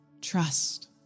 trust